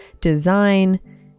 design